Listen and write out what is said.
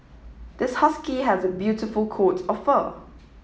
this husky has a beautiful coat of fur